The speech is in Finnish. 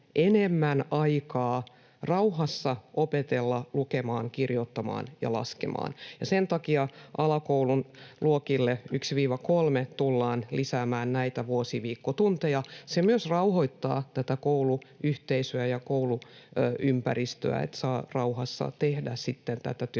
enemmän aikaa rauhassa opetella lukemaan, kirjoittamaan ja laskemaan. Sen takia alakoulun luokille 1—3 tullaan lisäämään näitä vuosiviikkotunteja. Se myös rauhoittaa kouluyhteisöä ja kouluympäristöä, että niin opettajat kuin